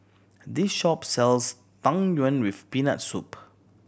this shop sells Tang Yuen with Peanut Soup